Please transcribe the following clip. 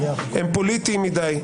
הם פוליטיים מדי,